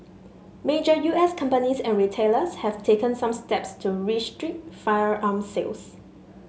major U S companies and retailers have taken some steps to restrict firearm sales